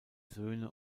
söhne